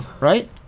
right